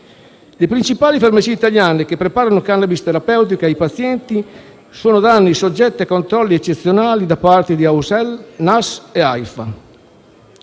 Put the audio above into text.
le principali farmacie italiane che preparano *cannabis* terapeutica ai pazienti sono da anni soggette a controlli eccezionali da parte di AUSL, NAS e AIFA.